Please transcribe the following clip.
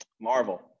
Marvel